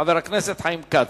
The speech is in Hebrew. חבר הכנסת חיים כץ.